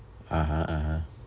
(uh huh) (uh huh)